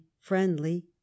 friendly